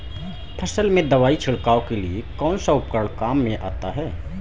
फसल में दवाई छिड़काव के लिए कौनसा उपकरण काम में आता है?